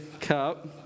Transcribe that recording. cup